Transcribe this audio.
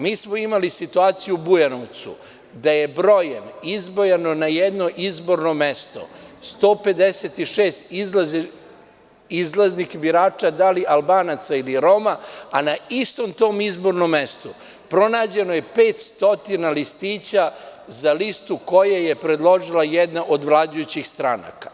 Mi smo imali situaciju u Bujanovcu da je brojem izbrojano na jedno izborno mesto 156 izlaznih birača, da li Albanaca ili Roma, a na istom tom izbornom mestu pronađeno je 500 listića za listu koju je predložila jedna od vladajućih stranaka.